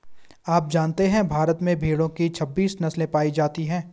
आप जानते है भारत में भेड़ो की छब्बीस नस्ले पायी जाती है